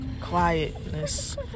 quietness